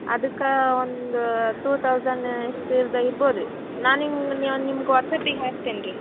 ಅದಕ್ಕೆ ಒಂದು two thousand ಇಷ್ಟು ಇದ್ದರೆ ಇರ್ಬೋದು ರೀ ನಾ ನಿನಗ್ ನಿಮ್ಗೆ ವಾಟ್ಸ್ಆ್ಯಪಿಗೆ ಹಾಕ್ತೀನ್ ರೀ